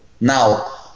Now